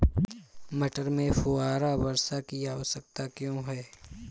मटर में फुहारा वर्षा की आवश्यकता क्यो है?